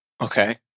Okay